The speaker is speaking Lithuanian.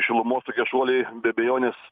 šilumos tokie šuoliai be abejonės